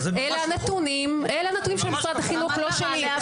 אלה הנתונים של משרד החינוך, לא שלי.